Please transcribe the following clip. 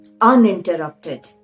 uninterrupted